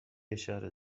اشاره